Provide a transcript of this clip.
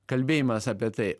kalbėjimas apie tai